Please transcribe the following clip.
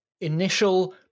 initial